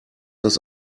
das